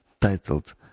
titled